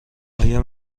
آیا